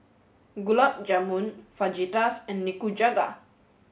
Gulab Jamun Fajitas and Nikujaga